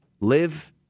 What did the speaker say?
live